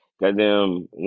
goddamn